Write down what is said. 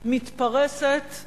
מתפרס על